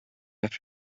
after